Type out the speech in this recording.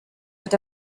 that